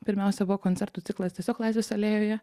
pirmiausia buvo koncertų ciklas tiesiog laisvės alėjoje